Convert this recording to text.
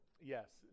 yes